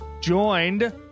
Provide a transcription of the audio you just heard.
Joined